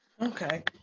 Okay